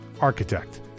architect